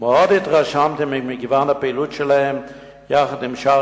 ומאוד התרשמתי ממגוון הפעילות שלהם יחד עם שאר